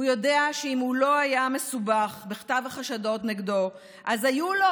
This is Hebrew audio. הוא יודע שאם הוא לא היה מסובך בכתב החשדות נגדו אז היו לו